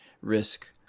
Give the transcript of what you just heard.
risk